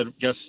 guess